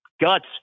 guts